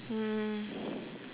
mm